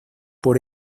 por